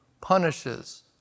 punishes